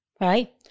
right